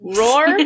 roar